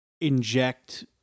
inject